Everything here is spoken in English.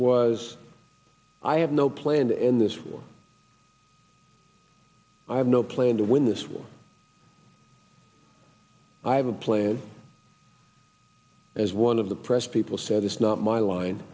was i have no plan to end this war i have no plan to win this war i have a plan as one of the press people said it's not my line